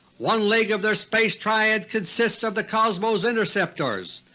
one leg of their space triad consists of the cosmos interceptors,